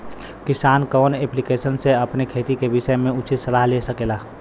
किसान कवन ऐप्लिकेशन से अपने खेती के विषय मे उचित सलाह ले सकेला?